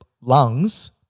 lungs